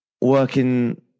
working